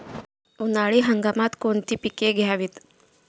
उन्हाळी हंगामात कोणती पिके घ्यावीत?